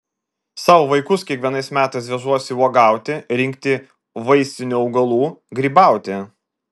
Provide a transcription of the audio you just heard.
savo vaikus kiekvienais metais vežuosi uogauti rinkti vaistinių augalų grybauti